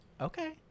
Okay